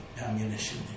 ammunition